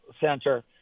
center